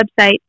website